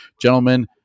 Gentlemen